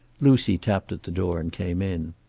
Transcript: lucy tapped at the door and came in.